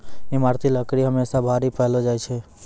ईमारती लकड़ी हमेसा भारी पैलो जा छै